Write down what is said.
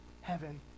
heaven